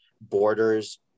borders